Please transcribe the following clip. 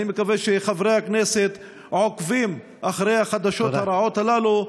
אני מקווה שחברי הכנסת עוקבים אחרי החדשות הרעות הללו,